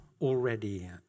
already